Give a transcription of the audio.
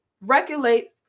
regulates